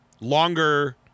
longer